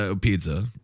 pizza